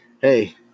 hey